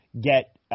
get